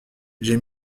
j’ai